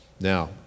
Now